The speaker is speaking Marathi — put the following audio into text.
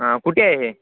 हां कुठे आहे हे